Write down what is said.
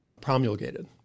promulgated